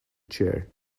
chair